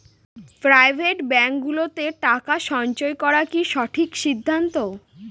Private ব্যাঙ্কগুলোতে টাকা সঞ্চয় করা কি সঠিক সিদ্ধান্ত?